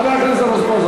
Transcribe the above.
חבר הכנסת רזבוזוב,